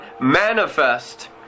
manifest